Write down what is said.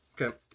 Okay